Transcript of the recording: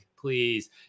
please